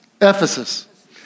Ephesus